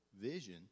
vision